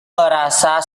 merasa